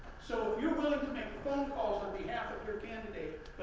so, if you're willing to make phone calls on behalf of your candidate,